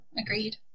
Agreed